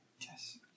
Yes